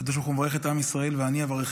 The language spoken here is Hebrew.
הקדוש ברוך הוא מברך את עם ישראל, ואני אברככם.